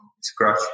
scratch